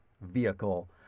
vehicle